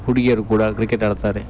ಹುಡುಗಿಯರು ಕೂಡ ಕ್ರಿಕೆಟ್ ಆಡ್ತಾರೆ